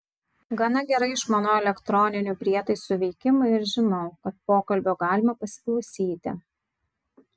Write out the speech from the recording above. gana gerai išmanau elektroninių prietaisų veikimą ir žinau kad pokalbio galima pasiklausyti